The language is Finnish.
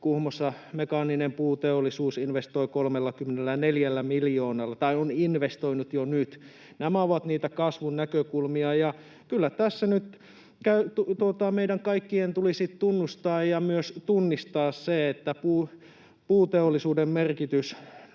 Kuhmossa mekaaninen puuteollisuus on investoinut jo nyt 34 miljoonalla. Nämä ovat niitä kasvun näkökulmia, ja kyllä tässä nyt meidän kaikkien tulisi tunnustaa ja myös tunnistaa se, että puuteollisuuden merkitys